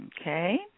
Okay